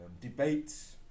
debates